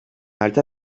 alter